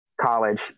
college